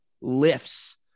lifts